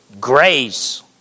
grace